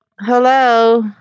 hello